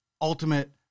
ultimate